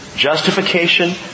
Justification